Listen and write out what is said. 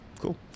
cool